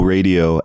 Radio